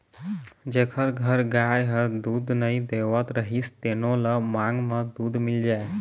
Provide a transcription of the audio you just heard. जेखर घर गाय ह दूद नइ देवत रहिस तेनो ल मांगे म दूद मिल जाए